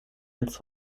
ins